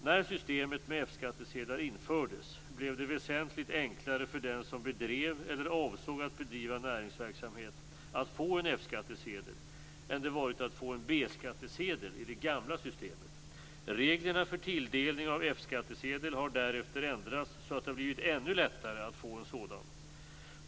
1991 98:33) så att det blivit ännu lättare att få en sådan.